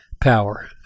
power